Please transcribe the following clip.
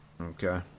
Okay